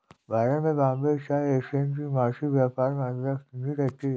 भारत में Bombay stock exchange की मासिक व्यापार मात्रा कितनी रहती है?